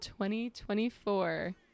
2024